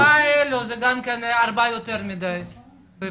ארבעה אלו זה גם כן ארבעה יותר מידי מבחינתי,